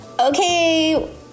Okay